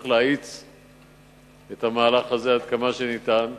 צריך להאיץ את המהלך הזה עד כמה שניתן.